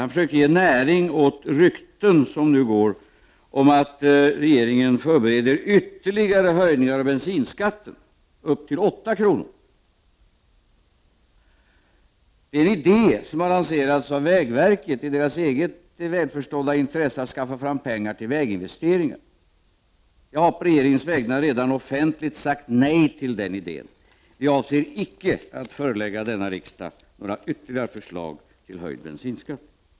Han försökte ge näring åt rykten som nu går om att regeringen förbereder ytterligare höjningar av bensinskatten upp till 8 kr. Det är en idé som har lanserats av vägverket i dess välförstådda intresse av att skaffa fram pengar till väginvesteringar. Jag har på regeringens vägnar redan offentligt sagt nej till den idén. Vi avser icke att förelägga detta riksmöte några ytterligare förslag till höjd bensinskatt.